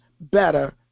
better